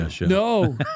No